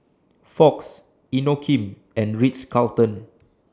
Fox Inokim and Ritz Carlton